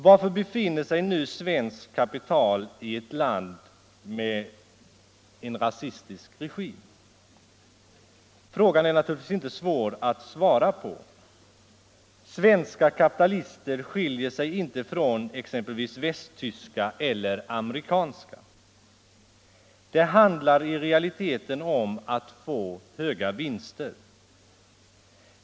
Varför befinner sig nu svenskt kapital i ett land med en rasistisk regim? Frågan är naturligtvis inte svår att svara på. Svenska kapitalister skiljer sig inte från exempelvis västtyska eller amerikanska. Det handlar i realiteten om att få höga vinster.